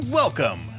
welcome